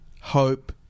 hope